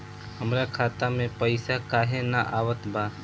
हमरा खाता में पइसा काहे ना आवत बा?